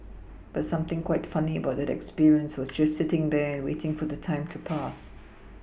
but something quite funny about that experience was just sitting there and waiting for the time to pass